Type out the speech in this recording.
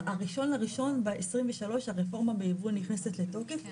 ב-1 בינואר 2023 הרפורמה בייבוא נכנסת לתוקף.